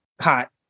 hot